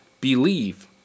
Believe